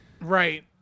Right